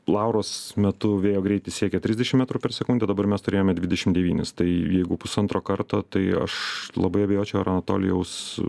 lauros metu vėjo greitis siekė trisdešim metrų per sekundę dabar mes turėjome dvidešim devynis tai jeigu pusantro karto tai aš labai abejočiau ar anatolijaus